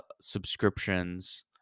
subscriptions